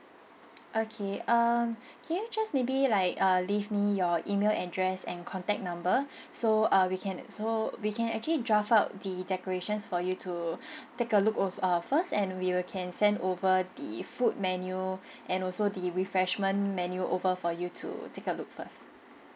okay err can you just maybe like uh leave me your email address and contact number so uh we can so we can actually draft out the decorations for you to take a look als~ uh first and we will can send over the food menu and also the refreshment menu over for you to take a look first